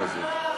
חיליק, נגמר הזמן.